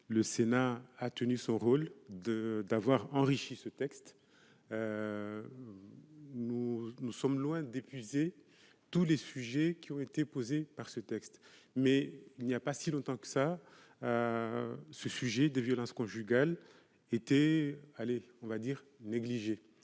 le Sénat a tenu son rôle de d'avoir enrichi ce texte, nous nous sommes loin d'épuiser tous les sujets qui ont été posées par ce texte, mais il n'y a pas si longtemps que ça, ce sujet des violences conjugales était allez on va dire négliger